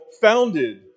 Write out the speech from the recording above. founded